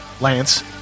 Lance